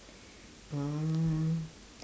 um